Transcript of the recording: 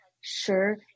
sure